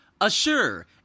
assure